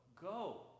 go